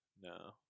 No